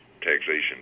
taxation